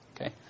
Okay